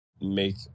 make